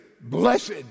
blessed